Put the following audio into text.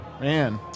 Man